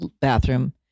bathroom